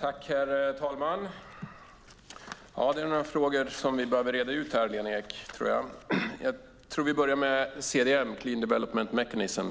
Herr talman! Det är några frågor som vi behöver reda ut tror jag, Lena Ek. Vi börjar med CDM, clean development mechanism,